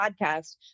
podcast